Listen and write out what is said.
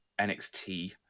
nxt